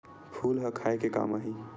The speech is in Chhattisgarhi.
फूल ह खाये के काम आही?